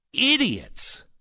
idiots